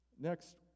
Next